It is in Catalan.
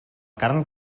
carn